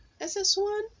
SS1